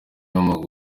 w’amaguru